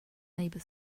neighbor